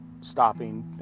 stopping